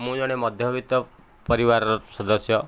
ମୁ ଜଣେ ମଧ୍ୟବିତ୍ତ ପରିବାରର ସଦସ୍ୟ